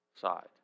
side